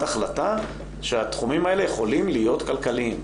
החלטה שהתחומים האלה יכולים להיות כלכליים,